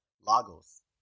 Lagos